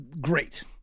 great